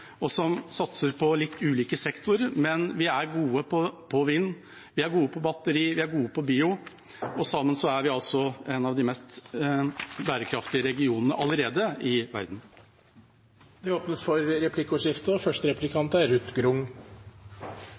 og som satser på litt ulike sektorer. Vi er gode på vind, vi er gode på batteri, vi er gode på bio – og sammen er vi altså allerede en av de mest bærekraftige regionene i verden. Det blir replikkordskifte.